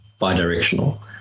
bi-directional